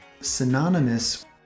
synonymous